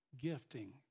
gifting